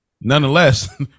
nonetheless